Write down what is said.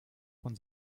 von